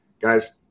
Guys